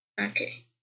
Okay